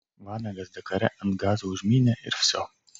vanagas dakare ant gazo užmynė ir vsio